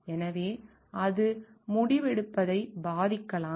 எனவே அது முடிவெடுப்பதை பாதிக்கலாம்